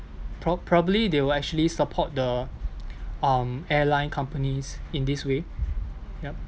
prob~ probably they will actually support the um airline companies in this way yup